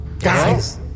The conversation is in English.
Guys